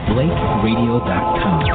BlakeRadio.com